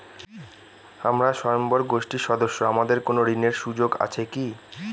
আমরা স্বয়ম্ভর গোষ্ঠীর সদস্য আমাদের কোন ঋণের সুযোগ আছে কি?